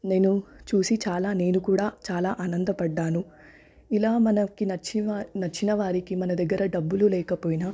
నేను చూసి చాలా నేను కూడా చాలా ఆనందపడ్డాను ఇలా మనకి నచ్చి వా నచ్చిన వారికి మన దగ్గర డబ్బులు లేకపోయినా